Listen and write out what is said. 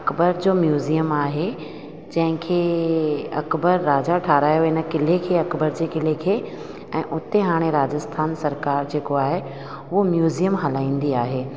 अकबर जो म्यूज़ियम आहे जंहिंखे अकबर राजा ठाहिरायो हिन क़िले खे अकबर जे क़िले खे ऐं हुते हाणे राजस्थान सरकारि जेको आहे उहो म्यूज़ियम हलाईंदी आहे